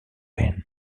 pain